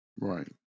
Right